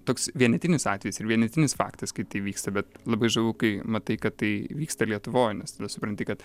toks vienetinis atvejis ir vienetinis faktas kai tai vyksta bet labai žavu kai matai kad tai vyksta lietuvoj nes tada supranti kad